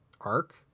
arc